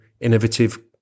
innovative